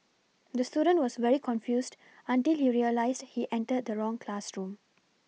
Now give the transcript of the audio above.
the student was very confused until he realised he entered the wrong classroom